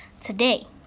Today